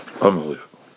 Unbelievable